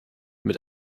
mit